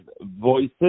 voices